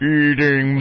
eating